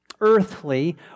earthly